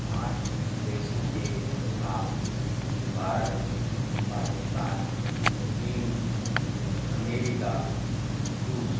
पाँच देशों के नाम भारत पाकिस्तान चीन अमेरिका रूस